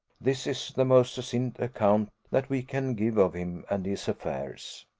this is the most succinct account that we can give of him and his affairs.